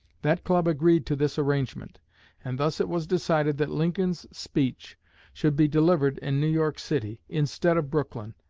that club agreed to this arrangement and thus it was decided that lincoln's speech should be delivered in new york city, instead of brooklyn,